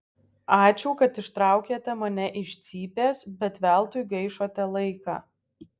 ačiū kad ištraukėte mane iš cypės bet veltui gaišote laiką